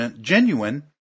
genuine